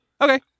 Okay